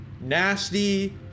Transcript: nasty